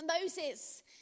Moses